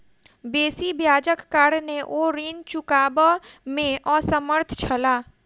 बेसी ब्याजक कारणेँ ओ ऋण चुकबअ में असमर्थ छला